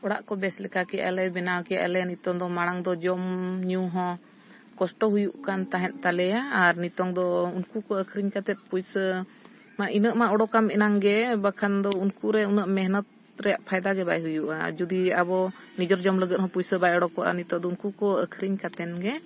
ᱚᱲᱟᱜ ᱠᱚ ᱵᱮᱥ ᱞᱮᱠᱟ ᱠᱮᱜᱼᱟ ᱞᱮ ᱵᱮᱱᱟᱣ ᱠᱮᱜ ᱟᱞᱮ ᱱᱤᱛᱳᱜ ᱫᱚ ᱢᱟᱲᱟᱝ ᱫᱚ ᱡᱚᱢ ᱧᱩ ᱦᱚᱸ ᱠᱚᱥᱴᱚ ᱦᱩᱭᱩᱜ ᱠᱟᱱ ᱛᱟᱦᱮᱸᱫ ᱛᱟᱞᱮᱭᱟ ᱟᱨ ᱱᱤᱛᱳᱜ ᱫᱚ ᱩᱱᱠᱩ ᱠᱚ ᱟᱹᱠᱷᱨᱤᱧ ᱠᱟᱛᱮ ᱯᱚᱭᱥᱟ ᱢᱟ ᱤᱱᱟᱹᱜ ᱢᱟ ᱩᱰᱩᱠ ᱟᱢ ᱮᱱᱟᱝ ᱜᱮ ᱵᱟᱠᱷᱟᱱ ᱫᱚ ᱩᱱᱠᱩ ᱨᱮ ᱩᱱᱟᱹᱜ ᱢᱮᱦᱱᱚᱛ ᱨᱮᱱᱟᱜ ᱯᱷᱟᱭᱫᱟ ᱜᱮ ᱵᱟᱭ ᱦᱩᱭᱩᱜᱼᱟ ᱡᱩᱫᱤ ᱟᱵᱚ ᱱᱤᱡᱮᱨ ᱡᱚᱢ ᱞᱟᱹᱜᱤᱫ ᱦᱚᱸ ᱯᱚᱭᱥᱟ ᱵᱟᱭ ᱩᱰᱩᱠᱚᱜᱼᱟ ᱱᱤᱛᱳᱜ ᱫᱚ ᱩᱱᱠᱩ ᱠᱚ ᱟᱹᱠᱷᱨᱤᱧ ᱠᱟᱛᱮᱱ ᱜᱮ